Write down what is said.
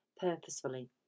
purposefully